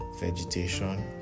vegetation